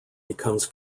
becomes